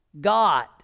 God